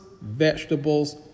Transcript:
vegetables